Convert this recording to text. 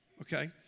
okay